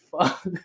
fuck